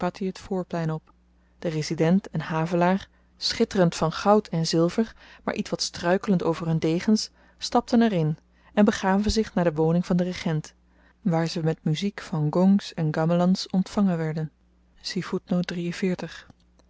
t voorplein op de resident en havelaar schitterend van goud en zilver maar ietwat struikelend over hun degens stapten er in en begaven zich naar de woning van den regent waar ze met muziek van gongs en gamlangs ontvangen werden